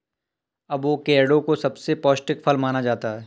avocado को सबसे पौष्टिक फल माना जाता है